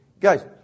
Guys